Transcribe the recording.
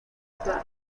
tarde